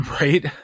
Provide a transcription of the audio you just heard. Right